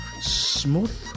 smooth